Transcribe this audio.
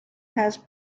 has